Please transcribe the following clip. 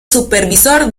supervisor